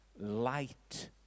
light